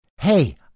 Hey